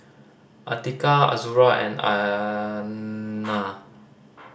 Atiqah Azura and Aina